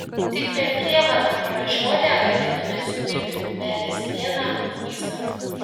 tik per prievartą pražiodę galėtumėt supilti kumelės pieną kumysą